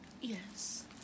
Yes